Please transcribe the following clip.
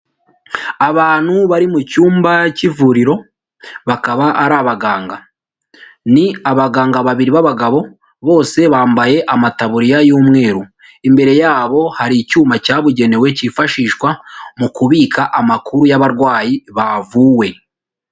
Abantu bari mu cyumba cy'ivuriro bakaba ari abaganga, ni abaganga babiri b'abagabo bose bambaye amataburiya y'umweru, imbere yabo hari icyuma cyabugenewe cyifashishwa mu kubika amakuru y'abarwayi bavuwe.